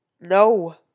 No